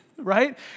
Right